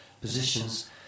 positions